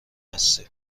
هستی